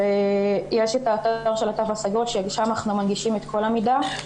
ויש את האתר של הקו הסגול ששם אנחנו מנגישים את כל המידע,